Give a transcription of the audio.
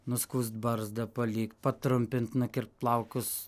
nuskust barzdą palikt patrumpint nukirpt plaukus